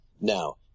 now